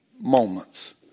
moments